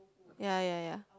ya ya ya